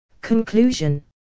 Conclusion